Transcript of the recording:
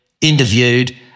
interviewed